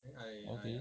okay